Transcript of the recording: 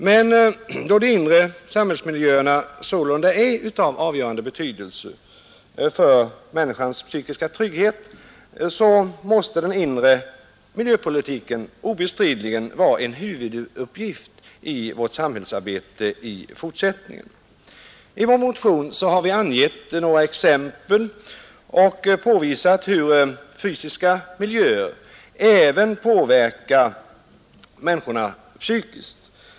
Men då de inre samhällsmiljöerna sålunda är av avgörande betydelse för människans psykiska trygghet, så måste den inre miljöpolitiken obestridligen vara en huvuduppgift i vårt samhällsarbete i fortsättningen. I vår motion har vi angivit några exempel och påvisat hur fysiska miljöer även påverkar människorna psykiskt.